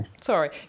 sorry